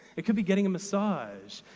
it could be getting a massage.